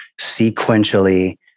sequentially